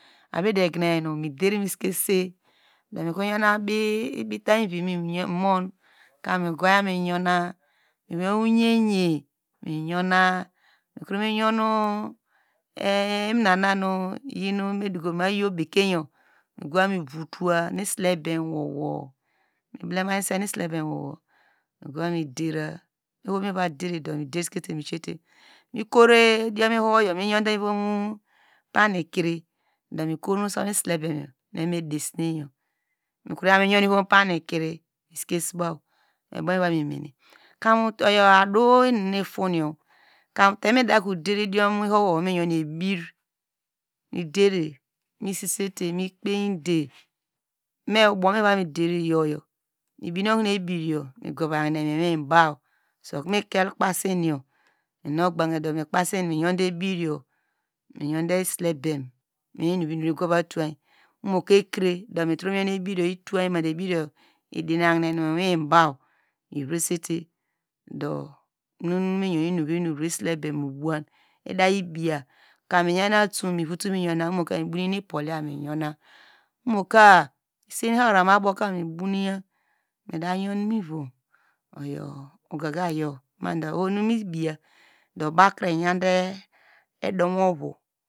Abidedegina yor mider misikese do mikro yor abita vivi nu mimom ku miyina miyuna miyon oyeye miyona iminana nu iyin madukom ayo bekein yor migowa mivotowa nu isilebem wowo mi blemesen isilebem wowo migwa midera, oho mi va deredo. Mikuro idiom ihoho yor miyondemu panikri do mikro usom isilebem nu evamedesine krima yon mu evamedesine krima yon mu panikri oyo ubomivami mene kam tenu medakro der idiom ihoho nu miyon ebir, mider, misisete mikpeyidei me ubomiva midero iyoyo, mibine okonu ebiriyo, migava hine mu iwibaw, so ukunu me so kpasinu, miyomte ebiryo, miyounte iselebem miwe inuvro inuvro mitro miyun ebiryor ituwa okuno midiana hine muiwinba mivrasete do nu miyan inuvru inuvro isilebem nu ubuwan inda ibiya, kam miyan atum mivoto miyana mivotun ipohya miyuna umoka, isen hahiram abowka mibowniya, mida youn miyom, iyow ogagaye do oho nu mibiya do bawkre iyante edu ovo.